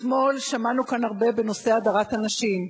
אתמול שמענו כאן הרבה בנושא הדרת נשים,